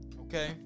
okay